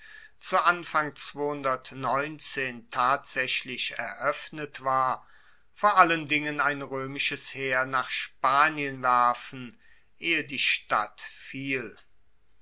zu anfang tatsaechlich eroeffnet war vor allen dingen ein roemisches heer nach spanien werfen ehe die stadt fiel